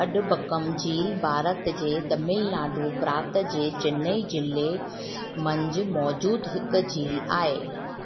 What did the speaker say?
अडंबक्कम झील भारत जे तमिलनाडु प्रांत जे चेन्नई ज़िले मंझि मौजूदु हिकु झील आहे